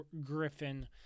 Griffin